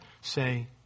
say